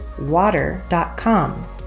water.com